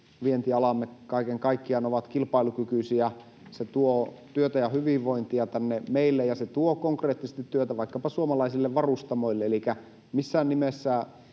vientialamme kaiken kaikkiaan ovat kilpailukykyisiä. Se tuo työtä ja hyvinvointia tänne meille, ja se tuo konkreettisesti työtä vaikkapa suomalaisille varustamoille.